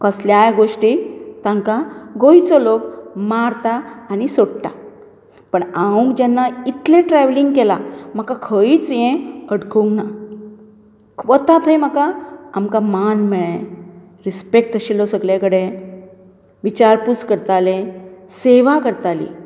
कसल्याय गोश्टीक तांकां गोंयचो लोक मारता आनी सोडटा पण हांव जेन्ना इतलें ट्रॅवलींग केलां म्हाका खंयच हें अडखळूंक ना वता थंय म्हाका आमकां मान मेळ्ळे रिसपॅक्ट आशिल्लो सगले कडेन विचारपूस करताले सेवा करतालीं